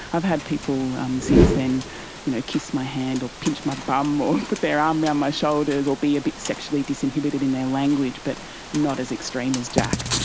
i've had people since then you know kiss my hand or pinch my bum or put their arm around my shoulders or be a bit sexually disinhibited in their language, but not as extreme as jack.